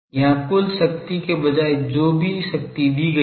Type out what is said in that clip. यहां कुल शक्ति के बजाय जो भी शक्ति दी गई है